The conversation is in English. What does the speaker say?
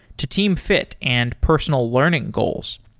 to team fit and personal learning goals.